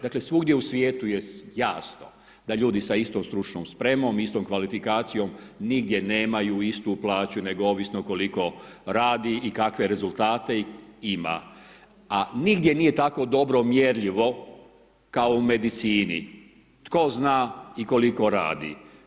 Dakle, svugdje u svijetu je jasno da ljudi sa istom stručnom spremom, istom kvalifikacijom nigdje nemaju istu plaću nego ovisno koliko radi i kakve rezultate ima, a nigdje nije tako dobro mjerljivo kao u medicini tko zna i koliko radi.